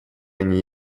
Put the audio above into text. они